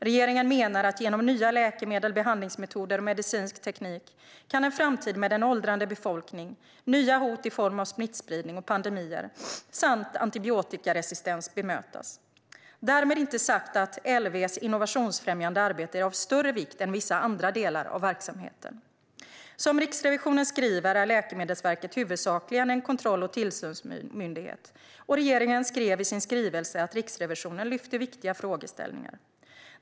Regeringen menar att genom nya läkemedel, behandlingsmetoder och medicinsk teknik kan en framtid med en åldrande befolkning, nya hot i form av smittspridning och pandemier samt antibiotikaresistens bemötas. Därmed inte sagt att LV:s innovationsfrämjande arbete är av större vikt än vissa andra delar av verksamheten. Som Riksrevisionen skriver är Läkemedelsverket huvudsakligen en kontroll och tillsynsmyndighet, och regeringen skrev i sin skrivelse att Riksrevisionen lyfter upp viktiga frågeställningar.